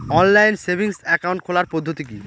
Online savings account খোলার পদ্ধতি কি?